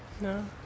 No